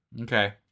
Okay